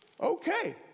Okay